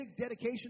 dedication